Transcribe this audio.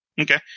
Okay